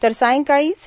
तर सायंकाळी सा